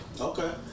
Okay